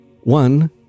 one